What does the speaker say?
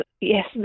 Yes